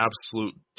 absolute